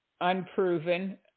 unproven